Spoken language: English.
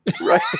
Right